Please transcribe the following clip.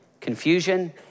confusion